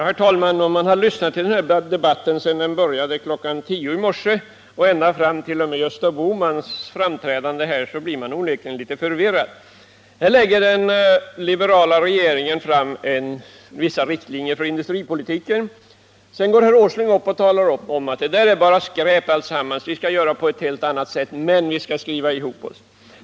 Herr talman! Den som har lyssnat på den här debatten sedan den började klockan 10 i morse och fram till Gösta Bohmans framträdande blir onekligen en smula förvirrad. Här lägger den liberala regeringen fram vissa riktlinjer för industripolitiken. Sedan går herr Åsling upp och talar om att det bara är skräp men att de borgerliga ändå skall skriva ihop sig.